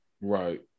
Right